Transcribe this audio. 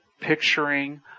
picturing